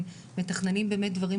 המדינה.